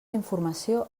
informació